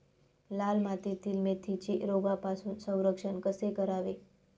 लाल मातीतील मेथीचे रोगापासून संरक्षण कसे करावे?